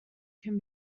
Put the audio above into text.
can